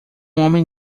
homem